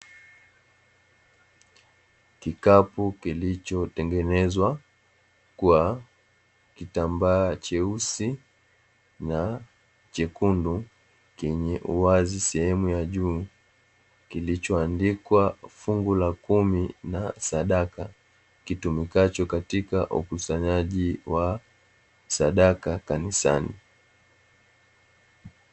Kikapu kilicho tengenezwa kwa kitambaa cheusi na chekundu chenye uwazi sehemu ya juu, kilichoandikwa fungu la kumi na sadaka kitumikacho katika ukusanyaji wa sadaka kanisani.